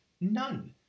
None